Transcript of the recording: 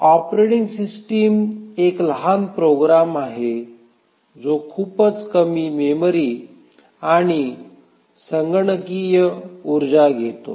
operating system एक लहान program आहे जो खूपच कमी मेमरी आणि संगणकीय उर्जा घेतो